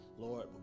Lord